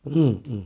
hmm hmm